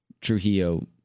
Trujillo